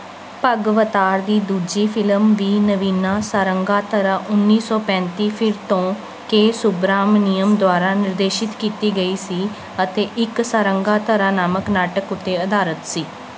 ਭਗਵਤਾਰ ਦੀ ਦੂਜੀ ਫਿਲਮ ਵੀ ਨਵੀਨਾ ਸਾਰੰਗਾਧਰਾ ਉੱਨੀ ਸੌ ਪੈਂਤੀ ਫਿਰ ਤੋਂ ਕੇ ਸੁਬਰਾਮਨੀਅਮ ਦੁਆਰਾ ਨਿਰਦੇਸ਼ਿਤ ਕੀਤੀ ਗਈ ਸੀ ਅਤੇ ਇੱਕ ਸਾਰੰਗਾਧਰਾ ਨਾਮਕ ਨਾਟਕ ਉੱਤੇ ਅਧਾਰਿਤ ਸੀ